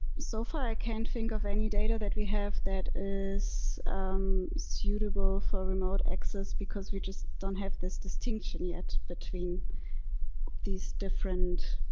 so far can't think of any data that we have that is suitable for remote access because we just don't have this distinction yet between these different